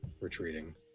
retreating